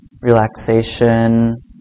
relaxation